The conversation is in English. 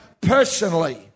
personally